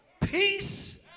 Peace